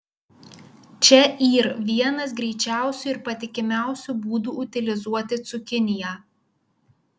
čia yr vienas greičiausių ir patikimiausių būdų utilizuoti cukiniją